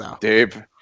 Dave